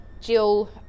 Jill